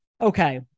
okay